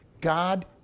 God